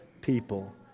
people